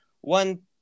one